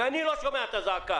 ואני לא שומע זעקה.